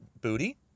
Booty